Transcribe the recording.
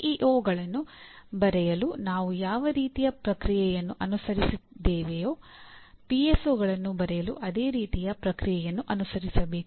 ಪಿಇಒಗಳನ್ನು ಬರೆಯಲು ನಾವು ಯಾವ ರೀತಿಯ ಪ್ರಕ್ರಿಯೆಯನ್ನು ಅನುಸರಿಸಿದ್ದೇವೆಯೋ ಪಿಎಸ್ಒಗಳನ್ನು ಬರೆಯಲು ಅದೇ ರೀತಿಯ ಪ್ರಕ್ರಿಯೆಯನ್ನು ಅನುಸರಿಸಬೇಕು